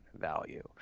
value